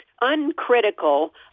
uncritical